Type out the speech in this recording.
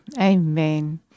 Amen